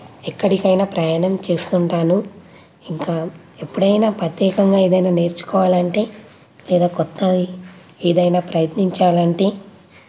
ఎక్కడికైనా ప్రయాణం చేస్తుంటాను ఇంకా ఎప్పుడైనా ప్రత్యేకంగా ఏదైనా నేర్చుకోవాలి అంటే లేదా క్రొత్తవి ఏదైనా ప్రయత్నించాలంటే